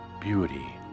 beauty